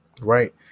right